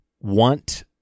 want